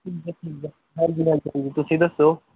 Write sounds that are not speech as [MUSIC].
ਠੀਕ ਹੈ ਠੀਕ ਹੈ ਹਾਂਜੀ ਹਾਂਜੀ [UNINTELLIGIBLE] ਤੁਸੀਂ ਦੱਸੋ